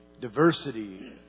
diversity